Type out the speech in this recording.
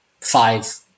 five